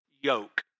yoke